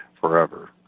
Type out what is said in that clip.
forever